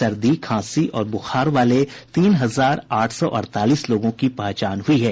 सर्दी खांसी और बुखार वाले तीन हजार आठ सौ अड़तालीस लोगों की पहचान हुई है